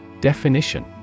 Definition